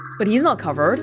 but he's not covered